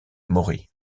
mori